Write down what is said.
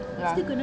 ya